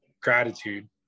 gratitude